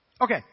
Okay